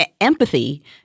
empathy